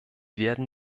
werden